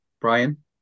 brian